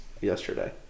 yesterday